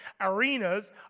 arenas